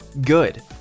good